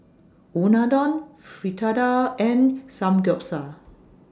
Unadon Fritada and Samgyeopsal